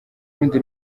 rundi